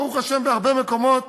ברוך השם, בהרבה מקומות